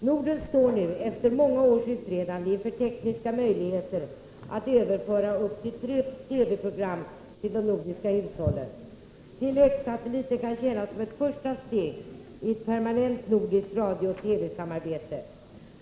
Norden står nu efter många års utredande inför tekniska möjligheter att överföra upp till tre TV-program till de nordiska hushållen. Tele-X-satelliten kan tjäna som ett första steg i ett permanent nordiskt radiooch TV-samarbete.